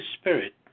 Spirit